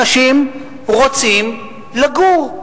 אנשים רוצים לגור.